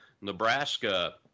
Nebraska